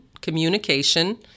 communication